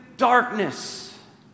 Darkness